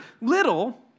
little